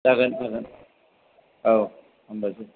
जागोन जागोन औ हामबायसै